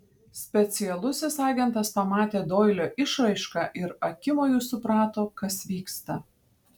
specialusis agentas pamatė doilio išraišką ir akimoju suprato kas vyksta